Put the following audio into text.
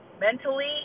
mentally